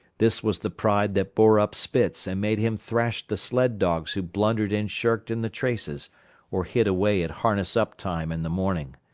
this was the pride that bore up spitz and made him thrash the sled-dogs who blundered and shirked in the traces or hid away at harness-up time in the morning.